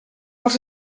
els